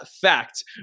fact